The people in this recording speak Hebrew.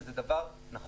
וזה דבר נכון.